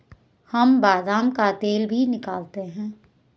हम बादाम का तेल भी निकालते हैं